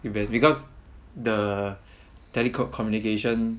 if it's because the teleco~ communication